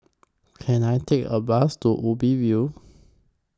Can I Take A Bus to Ubi View